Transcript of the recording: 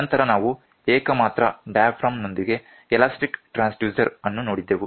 ನಂತರ ನಾವು ಏಕಮಾತ್ರ ಡಯಾಫ್ರಮ್ ನೊಂದಿಗೆ ಎಲಾಸ್ಟಿಕ್ ಟ್ರಾನ್ಸ್ಡ್ಯೂಸರ್ ಅನ್ನು ನೋಡಿದೆವು